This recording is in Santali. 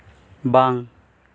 ᱵᱟᱝ